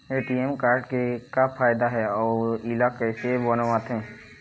ATM card के का फायदा हे अऊ इला कैसे बनवाथे?